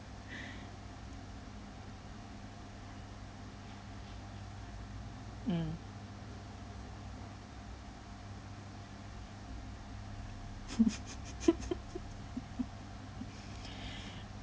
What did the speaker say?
mm